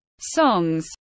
songs